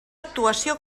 actuació